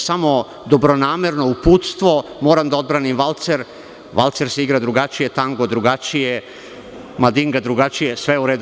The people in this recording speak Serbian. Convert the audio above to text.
Samo dobronamerno uputstvo, moram da odbranim valcer, valcer se igra drugačije, tango drugačije, madinga drugačije, sve je u redu.